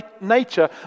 nature